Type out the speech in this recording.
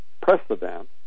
precedent